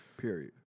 period